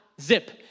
zip